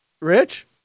Rich